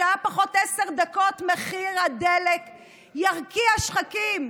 שעה פחות עשר דקות, מחיר הדלק ירקיע שחקים.